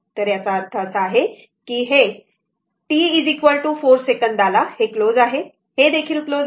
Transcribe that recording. तर याचा अर्थ असा आहे की हे t 4 सेकंदाला हे क्लोज आहे हे देखील क्लोज आहे